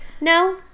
No